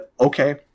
okay